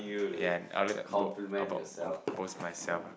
and I'll read a book about most myself ah